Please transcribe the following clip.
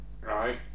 right